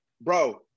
Bro